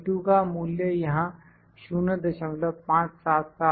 का मूल्य यहां 0577 है